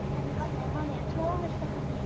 have you got any money at all, mr. honey?